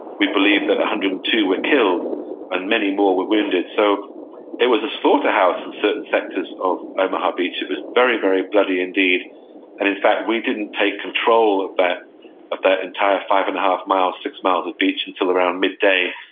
we believe that one hundred and two were killed and many more were wounded. so it was a slaughterhouse in certain sectors of omaha beach. it was very, very bloody indeed. and in fact, we didn't take control of that of that entire five and a half miles, six miles of beach until around midday,